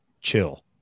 chill